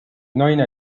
naine